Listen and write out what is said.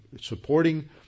supporting